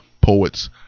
Poets